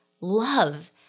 love